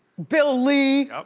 bill lee,